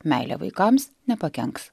meilė vaikams nepakenks